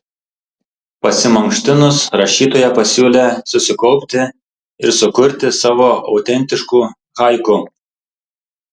pasimankštinus rašytoja pasiūlė susikaupti ir sukurti savo autentiškų haiku